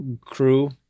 crew